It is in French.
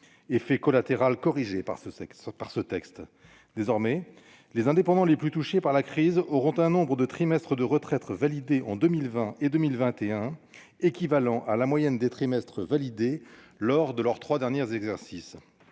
effet collatéral est corrigé par le projet de loi : désormais, les indépendants les plus touchés par la crise bénéficieront d'un nombre de trimestres de retraite validés en 2020 et 2021 équivalent à la moyenne des trimestres validés lors de leurs trois derniers exercices.